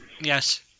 Yes